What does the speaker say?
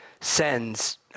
sends